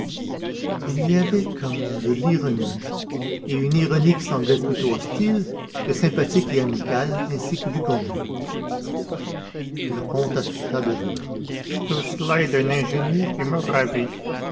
il y avait comme de l'ironie et une ironie qui semblait plutôt hostile que sympathique et amicale ainsi qu'il eût convenu le comte affecta de rire tout cela est d'un ingénieux qui me ravit